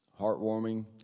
heartwarming